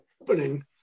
opening